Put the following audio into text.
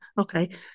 Okay